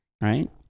right